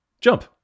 jump